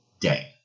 day